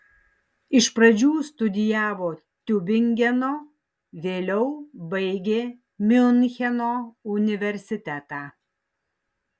iš pradžių studijavo tiubingeno vėliau baigė miuncheno universitetą